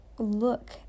look